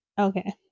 Okay